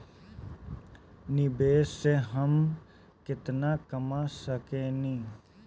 निवेश से हम केतना कमा सकेनी?